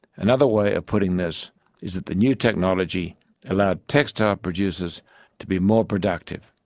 another way of putting this is that the new technology allowed textile producers to be more productive.